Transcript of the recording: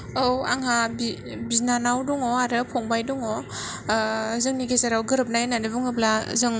औ आंहा बि बिनानाव दङ आरो फंबाय दङ जोंनि गेजेराव गोरोबनाय होननानै बुङोब्ला जों